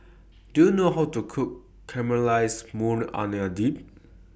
Do YOU know How to Cook Caramelized Maui Onion Dip